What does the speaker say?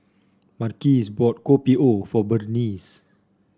Marques bought Kopi O for Berniece